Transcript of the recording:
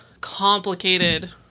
complicated